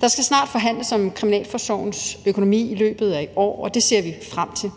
Der skal snart forhandles om Kriminalforsorgens økonomi, nemlig i løbet af i år, og det ser vi frem til.